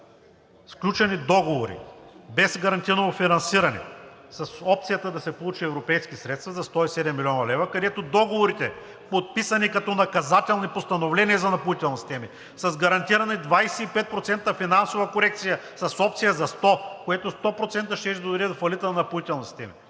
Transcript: сключени договори без гарантирано финансиране, с опцията да се получат европейски средства за 107 млн. лв., където договорите, подписани като наказателни постановления за Напоителни системи, с гарантирани 25% финансова корекция с опция за 100, което 100% щеше да доведе до фалита на Напоителни системи.